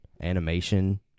animation